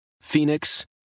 Phoenix